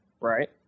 right